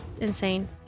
insane